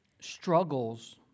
struggles